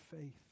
faith